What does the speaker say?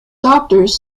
doctors